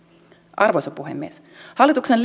arvoisa puhemies hallituksen